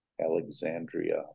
Alexandria